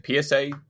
PSA